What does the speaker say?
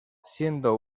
siendo